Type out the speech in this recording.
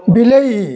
ବିଲେଇ